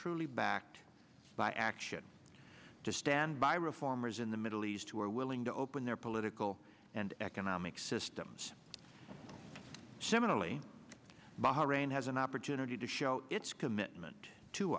truly backed by action to stay and by reformers in the middle east who are willing to open their political and economic systems similarly bahrain has an opportunity to show its commitment to